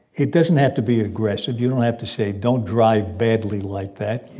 it doesn't have to be aggressive. you don't have to say don't drive badly like that.